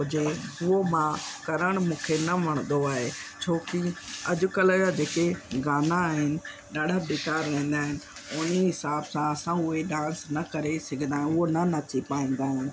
जे उहो बा मूंखे न वणंदो आहे छोकी अॼकल्ह या जेके गाना आहिनि ॾाढा बेकार हूंदा आहिनि उन हिसाब सां असां उहे डांस न करे सघंदा आहियूं उहा न नची पाईंदा आहिनि